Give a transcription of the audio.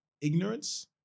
ignorance